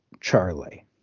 Charlie